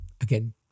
again